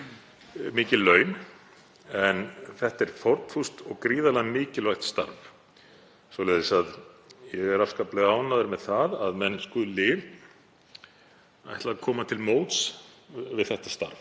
mikil laun. En þetta er fórnfúst og gríðarlega mikilvægt starf svoleiðis að ég er afskaplega ánægður með að menn skuli ætli að koma til móts við það.